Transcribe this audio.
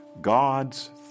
God's